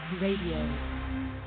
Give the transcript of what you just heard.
radio